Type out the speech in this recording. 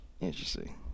Interesting